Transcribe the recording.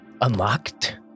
unlocked